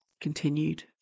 continued